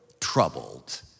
troubled